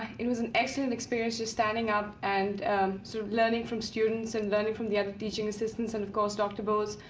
it was an excellent experience just standing up and sort of learning from students and learning from the other teaching assistants. and, of course, dr. bose.